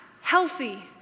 healthy